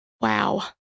Wow